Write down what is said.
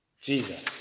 Jesus